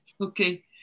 Okay